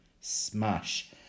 Smash